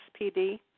SPD